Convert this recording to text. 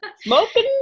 Smoking